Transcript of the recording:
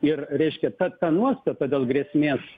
ir reiškia ta ta nuostata dėl grėsmės